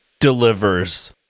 delivers